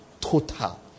total